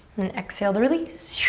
and exhale to release.